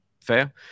fair